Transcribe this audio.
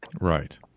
Right